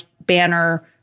Banner